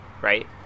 right